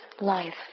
life